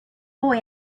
boy